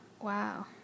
Wow